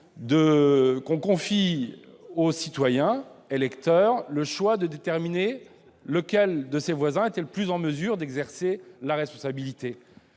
de confier au citoyen électeur le soin de déterminer lequel de ses voisins était le plus à même d'exercer une responsabilité.